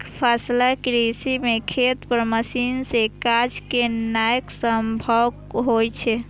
एकफसला कृषि मे खेत पर मशीन सं काज केनाय संभव होइ छै